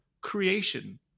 creation